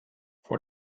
vor